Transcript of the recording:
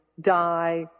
die